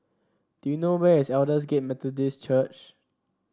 do you know where is Aldersgate Methodist Church